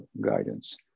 guidance